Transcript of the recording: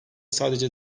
sadece